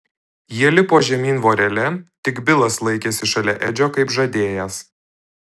jie lipo žemyn vorele tik bilas laikėsi šalia edžio kaip žadėjęs